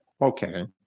Okay